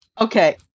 Okay